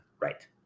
Right